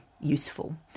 useful